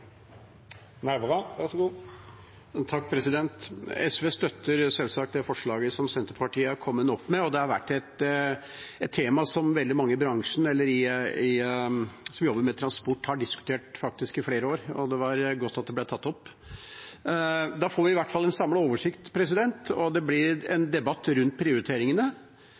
har vært et tema som veldig mange i bransjen, de som jobber med transport, har diskutert i flere år. Det er godt at det ble tatt opp. Da får vi i hvert fall en samlet oversikt, det blir en debatt rundt prioriteringene,